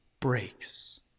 breaks